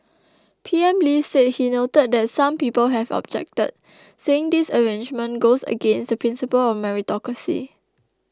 P M Lee said he noted that some people have objected saying this arrangement goes against the principle of meritocracy